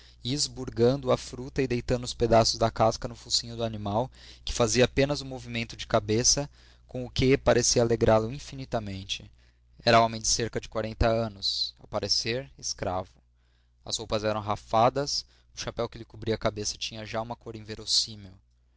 esburgando a fruta e deitando os pedaços de casca ao focinho do animal que fazia apenas um movimento de cabeça com o que parecia alegrá lo infinitamente era homem de cerca de quarenta anos ao parecer escravo as roupas eram rafadas o chapéu que lhe cobria a cabeça tinha já uma cor